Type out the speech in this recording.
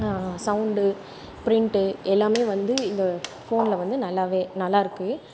sound print எல்லாமே வந்து இந்த ஃபோனில் வந்து நல்லாவே நல்லாயிருக்கு